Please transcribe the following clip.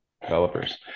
developers